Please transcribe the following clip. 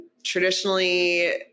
Traditionally